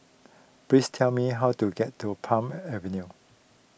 please tell me how to get to Palm Avenue